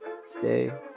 stay